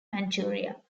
manchuria